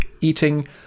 eating